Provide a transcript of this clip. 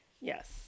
Yes